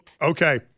Okay